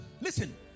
listen